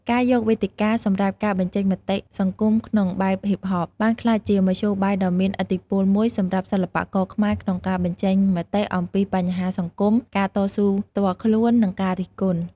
ការយកវេទិកាសម្រាប់ការបញ្ចេញមតិសង្គមក្នុងបែបហ៊ីបហប បានក្លាយជាមធ្យោបាយដ៏មានឥទ្ធិពលមួយសម្រាប់សិល្បករខ្មែរក្នុងការបញ្ចេញមតិអំពីបញ្ហាសង្គម ការតស៊ូផ្ទាល់ខ្លួន និងការរិះគន់។